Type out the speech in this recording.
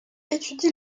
étudie